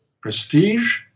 prestige